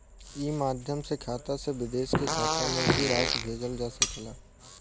ई माध्यम से खाता से विदेश के खाता में भी राशि भेजल जा सकेला का?